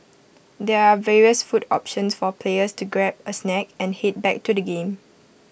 there are various food options for players to grab A snack and heed back to the game